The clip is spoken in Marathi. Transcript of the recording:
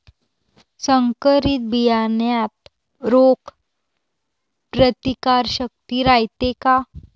संकरित बियान्यात रोग प्रतिकारशक्ती रायते का?